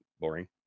boring